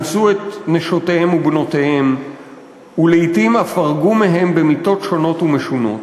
אנסו את נשותיהם ובנותיהם ולעתים אף הרגו מהם במיתות שונות ומשונות,